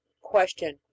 Question